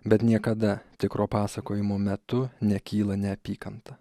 bet niekada tikro pasakojimo metu nekyla neapykanta